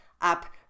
up